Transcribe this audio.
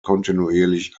kontinuierlich